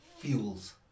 fuels